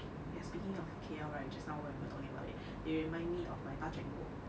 eh ya speaking of K_L right just now when we were talking about it you remind me of my touch and go